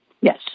Yes